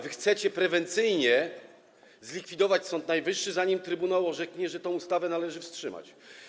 Wy chcecie prewencyjnie zlikwidować Sąd Najwyższy, zanim trybunał orzeknie, że tę ustawę należy wstrzymać.